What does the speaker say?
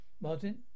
Martin